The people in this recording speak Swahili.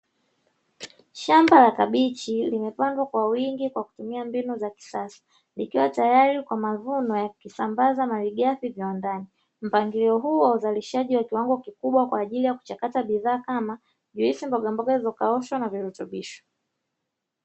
Shamba la kabichi limepandwa kwa wingi kwa kutumia mbinu za kisasa, likiwa tayari kwa mavuno ya kusambasa malighafi viwandani, mpangilio huo wa uzalishaji wa kiwango kikubwa kwaajili ya kuchakata bidhaa kama juisi, mbogamboga zilizokaushwa na virutubisho.